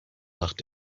macht